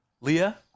Leah